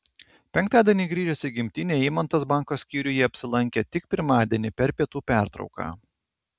penktadienį grįžęs į gimtinę eimantas banko skyriuje apsilankė tik pirmadienį per pietų pertrauką